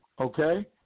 Okay